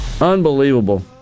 Unbelievable